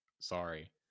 Sorry